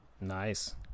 Nice